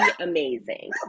amazing